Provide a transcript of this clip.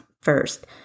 first